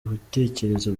bitekerezo